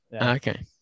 Okay